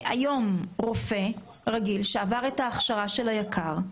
רופא רגיל, שעבר את ההכשרה של היק"ר,